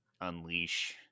unleash